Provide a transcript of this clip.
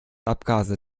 abgase